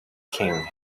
king